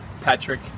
Patrick